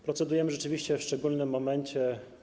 Procedujemy rzeczywiście w szczególnym momencie.